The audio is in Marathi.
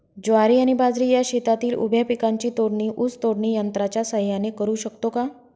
ज्वारी आणि बाजरी या शेतातील उभ्या पिकांची तोडणी ऊस तोडणी यंत्राच्या सहाय्याने करु शकतो का?